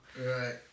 Right